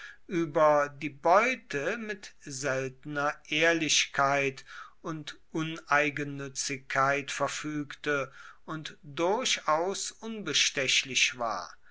über die beute mit seltener ehrlichkeit und uneigennützigkeit verfügte und durchaus unbestechlich war